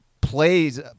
plays